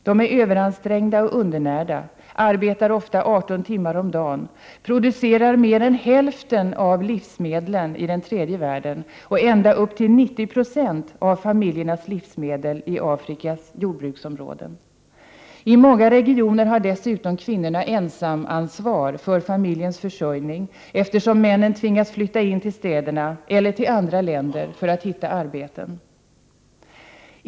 De är överansträngda och undernärda, arbetar ofta arton timmar om dagen, producerar mer än hälften av livsmedlen i den tredje världen och ända upp till 90 96 av familjernas livsmedel i Afrikas jordbruksområden. I många regioner har dessutom kvinnorna ensamansvar för familjens försörjning, eftersom männen tvingas flytta in till städerna eller till andra länder för att hitta arbete.